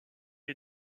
est